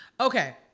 Okay